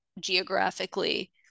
geographically